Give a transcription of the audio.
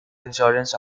insurance